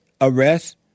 arrest